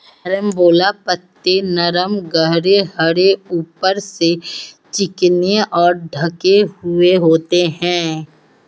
carambola पत्ते नरम गहरे हरे ऊपर से चिकने और ढके हुए होते हैं